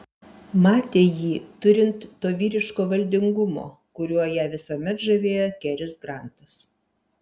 matė jį turint to vyriško valdingumo kuriuo ją visuomet žavėjo keris grantas